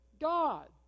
God